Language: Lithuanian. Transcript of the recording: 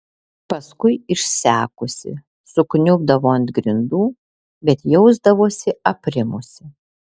paskui išsekusi sukniubdavo ant grindų bet jausdavosi aprimusi